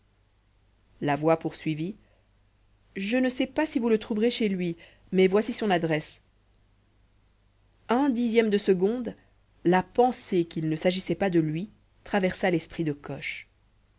la voix poursuivit je ne sais pas si vous le trouverez chez lui mais voici son adresse un dixième de seconde la pensée qu'il ne s'agissait pas de lui traversa l'esprit de coche